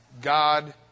God